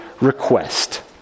request